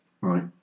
Right